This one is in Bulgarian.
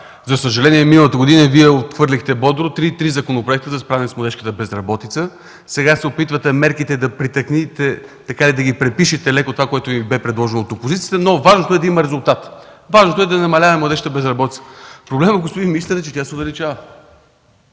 За съжаление миналата година Вие отхвърлихте бодро три законопроекта за справяне с младежката безработица, а сега се опитвате мерките да ги притъкмите и да ги препишете леко – това, което Ви беше предложено от опозицията, но важното е да има резултат, важното е да намалява младежката безработица. Проблемът е, господин министър, че тя се увеличава.